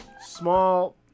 small